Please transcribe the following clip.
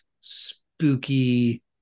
spooky